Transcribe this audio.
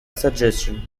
suggestion